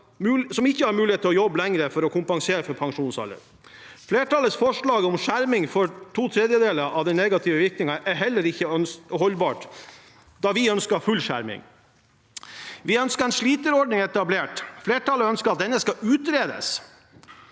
som ikke har mulighet til å jobbe lenger for å kompensere for pensjonsreduksjonen. Flertallets forslag om skjerming for to tredjedeler av den negative virkningen er heller ikke holdbart, da vi ønsker full skjerming. Vi ønsker at en sliterordning blir etablert. Flertallet ønsker at det skal utredes.